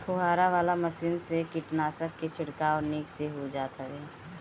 फुहारा वाला मशीन से कीटनाशक के छिड़काव निक से हो जात हवे